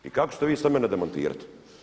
I kako ćete vi sad mene demantirati?